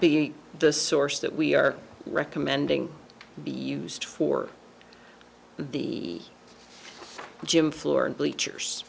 be the source that we are recommending be used for the gym floor and bleachers